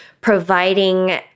providing